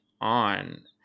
on